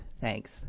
thanks